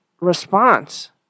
response